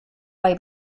bai